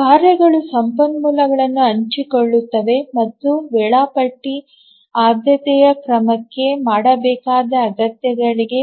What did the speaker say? ಕಾರ್ಯಗಳು ಸಂಪನ್ಮೂಲಗಳನ್ನು ಹಂಚಿಕೊಳ್ಳುತ್ತವೆ ಮತ್ತು ವೇಳಾಪಟ್ಟಿ ಆದ್ಯತೆಯ ಕ್ರಮಕ್ಕೆ ಮಾಡಬೇಕಾದ ಅಗತ್ಯಗಳಿಗೆ